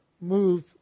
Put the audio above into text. move